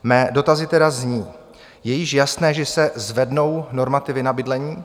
Mé dotazy tedy zní: Je již jasné, že se zvednou normativy na bydlení?